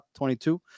22